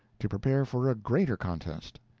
to prepare for a greater contest.